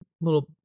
little